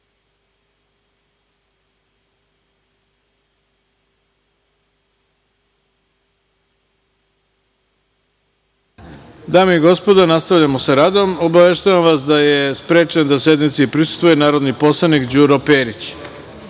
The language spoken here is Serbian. rad. Dame i gospodo, nastavljamo sa radom. Obaveštavam vas da je sprečen da sednici prisustvuje narodni poslanik Đuro